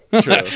true